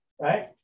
Right